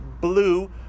blue